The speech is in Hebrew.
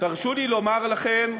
תרשו לי לומר לכם: